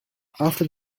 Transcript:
after